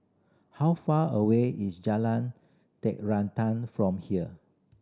how far away is Jalan Terantang from here